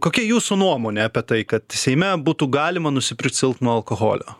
kokia jūsų nuomonė apie tai kad seime būtų galima nusipirkt silpno alkoholio